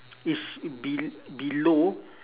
is be~ below